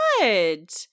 good